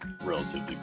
relatively